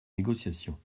négociations